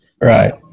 Right